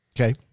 Okay